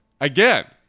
Again